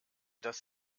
das